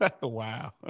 Wow